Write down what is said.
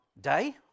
day